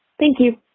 thank you.